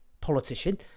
politician